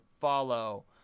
follow